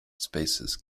spaces